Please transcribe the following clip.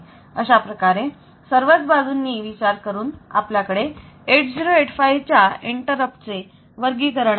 अशाप्रकारे सर्वच बाजूंनी विचार करून आपल्याकडे 8085 च्या इंटरप्ट चे वर्गीकरण आहे